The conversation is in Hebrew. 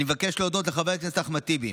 אני מבקש להודות לחבר הכנסת אחמד טיבי,